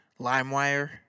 LimeWire